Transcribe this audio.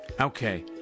Okay